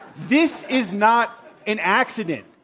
this is not an accident.